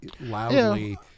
loudly